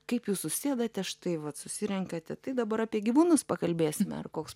kaip jūs susėdate štai vat susirenkate tai dabar apie gyvūnus pakalbėsime ar koks